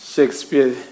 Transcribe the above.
Shakespeare